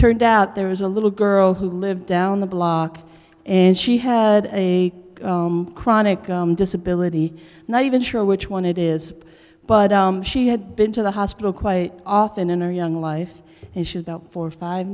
turned out there was a little girl who lived down the block and she had a chronic disability not even sure which one it is but she had been to the hospital quite often in her young life and she about four or five